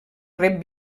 rep